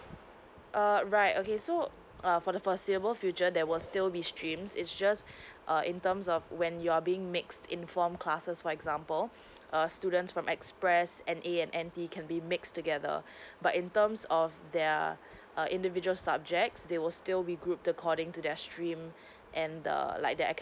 err right okay so err for the foreseeable future there will still be streamed it's just err in terms of when you are being mixed in from classes for example err students from express N_A and N_T can be mixed together but in terms of there are a individual subjects they will still be group according to their stream and the like the academic